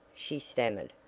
she stammered.